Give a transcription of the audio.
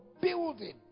building